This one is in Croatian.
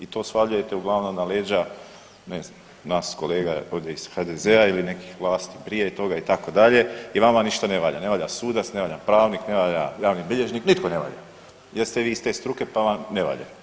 I to svaljujete uglavnom na leđa ne znam nas kolega ovdje iz HDZ-a ili nekih vlasti prije toga itd. i vama ništa ne valja, ne valja sudac, ne valja pravnik, ne valja javni bilježnik, nitko ne valja jer ste vi iz te struke pa vam ne valjaju.